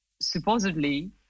supposedly